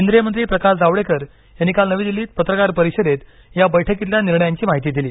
केंद्रीय मंत्री प्रकाश जावडेकर यांनी काल नवी दिल्लीत पत्रकार परिषदेत या बैठकीतल्या निर्णयांची माहिती दिली